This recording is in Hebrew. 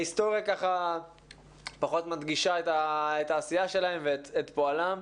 ההיסטוריה פחות מדגישה את העשייה שלהם ואת פועלם,